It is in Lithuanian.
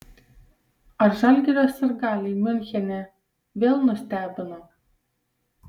ar žalgirio sirgaliai miunchene vėl nustebino